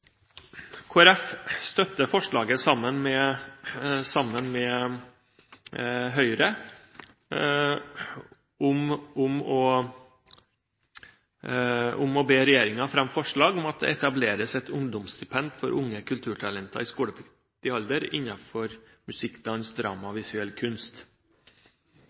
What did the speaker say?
sammen med Høyre forslaget om å be regjeringen fremme forslag om at det etableres et ungdomsstipend for unge kulturtalenter i skolepliktig alder innenfor musikk, dans, drama og visuell kunst.